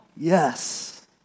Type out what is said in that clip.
Yes